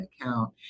account